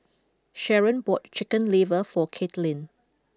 Sharron bought chicken liver for Katelyn